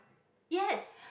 yes